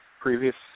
previous